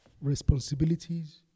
responsibilities